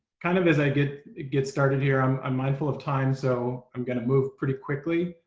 kind of as i get it get started here. i'm i'm mindful of time, so i'm gonna move pretty quickly.